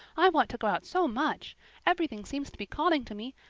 i want to go out so much everything seems to be calling to me,